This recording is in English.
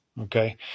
Okay